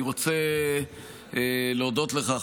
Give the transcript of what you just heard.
אני רוצה להודות לך,